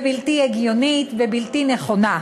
בלתי הגיונית ובלתי נכונה.